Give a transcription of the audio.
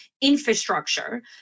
infrastructure